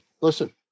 listen